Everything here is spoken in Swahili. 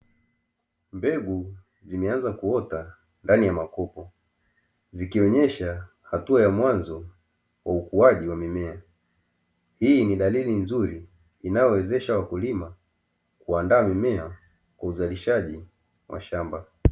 Mbegu zimeanza kukua katika makopo zikionesha hatua ya mwanzo ya ukuwaji wa mimea, hii ni dalili nzuri inayowezesha wakulima kuandaa mimea kwa uzalishaji wa shamba.